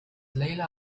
ليلة